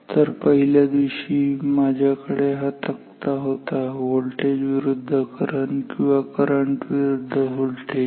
तर पहिल्या दिवशी माझ्याकडे हा तक्ता होता व्होल्टेज विरुद्ध करंट किंवा करंट विरुद्ध व्होल्टेज